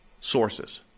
sources